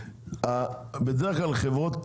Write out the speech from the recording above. בדרך כלל חברות